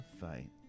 fight